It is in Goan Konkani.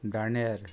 दाण्यार